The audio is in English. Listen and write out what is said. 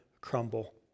crumble